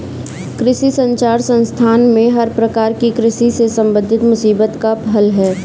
कृषि संचार संस्थान में हर प्रकार की कृषि से संबंधित मुसीबत का हल है